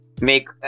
make